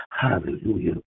Hallelujah